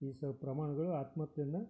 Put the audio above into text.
ಈ ಸ್ವಲ್ಪ್ ಪ್ರಮಾಣಗಳು ಆತ್ಮಹತ್ಯೆಯನ್ನು